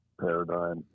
paradigm